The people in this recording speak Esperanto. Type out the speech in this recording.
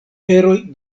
eroj